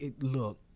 look